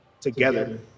together